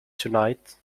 tonight